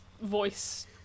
voice